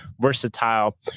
Versatile